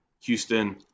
Houston